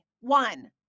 one